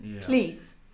please